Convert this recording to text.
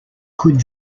could